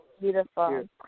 beautiful